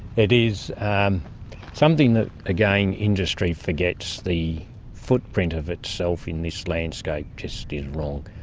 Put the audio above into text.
it is something that, again, industry forgets the footprint of itself in this landscape just is wrong.